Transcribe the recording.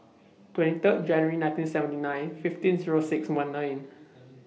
twenty Third January nineteen seventy nine fifteen Zero six one nine